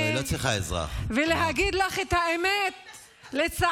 לא, היא לא צריכה עזרה.